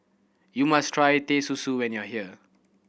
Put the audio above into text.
you must try Teh Susu when you are here